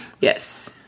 Yes